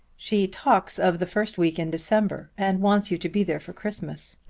she talks of the first week in december and wants you to be there for christmas.